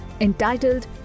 entitled